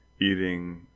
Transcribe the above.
eating